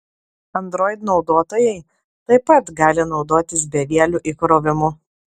android naudotojai taip pat gali naudotis bevieliu įkrovimu